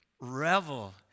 revel